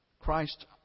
Christ